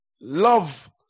Love